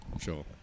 Sure